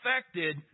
affected